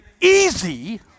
easy